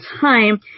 time